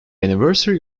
anniversary